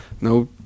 no